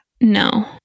No